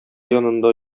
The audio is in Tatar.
янында